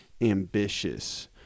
ambitious